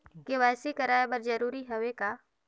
KYC कराय बर जरूरी हवे का?